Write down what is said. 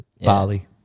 Bali